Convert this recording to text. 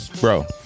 Bro